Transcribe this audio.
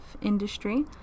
industry